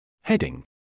Heading